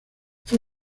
fue